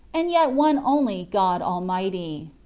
and yet one only god almighty.